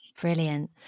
Brilliant